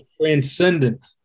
Transcendent